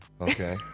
Okay